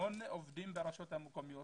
המון עובדים ברשויות המקומיות,